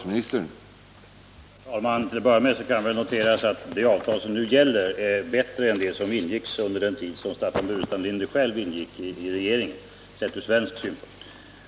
Herr talman! För det första kan jag notera att det avtal vi nu talar om är bättre än det som var aktuellt under den tid Staffan Burenstam Linder ingick i regeringen — sett ur svensk synpunkt.